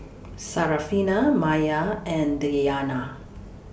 Syarafina Maya and Diyana